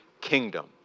kingdom